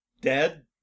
dead